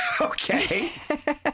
Okay